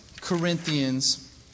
Corinthians